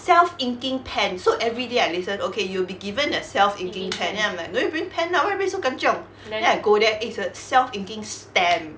self-inking pen so every day I listen okay you'll be given a self-inking pen then I'm like no need bring pen lah why everybody so kanchiong then I go there eh it's a self-inking stamp